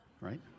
right